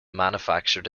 manufactured